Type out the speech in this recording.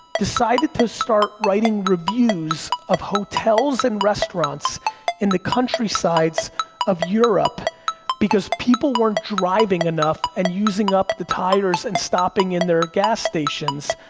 decided to start writing reviews of hotels and restaurants in the countrysides of europe because people weren't driving enough and using up the tires and stopping in their gas stations,